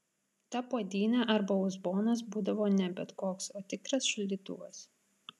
ta puodynė arba uzbonas būdavo ne bet koks o tikras šaldytuvas